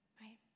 right